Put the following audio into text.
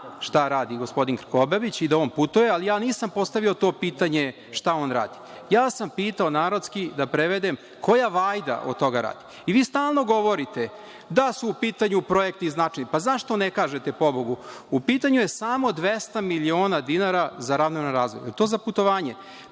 šta radi gospodin Krkobabić i da on putuje, ali nisam postavio pitanje šta on radi. Ja sam pitao narodski, da prevedem, koja vajda od toga? Vi stalno govorite da su u pitanju projekti. Pa, zašto ne kažete, pobogu, u pitanju je samo 200 miliona dinara za ravnomerni razvoj? Jel to za putovanje?